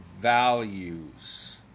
values